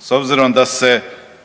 s obzirom da se